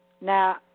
now